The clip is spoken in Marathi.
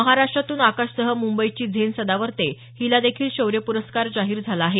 महाराष्ट्रातून आकाशसह मुंबईची झेन सदावर्ते हिला देखील शौर्य पुरस्कार जाहीर झाला आहे